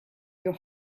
your